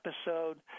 episode